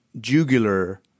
jugular